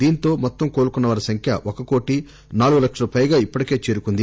దీంతో మొత్తం కోలుకున్న వారి సంఖ్య ఒక కోటి నాలుగు లక్షలకు పైగా ఇప్పటికే చేరుకుంది